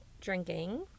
drinking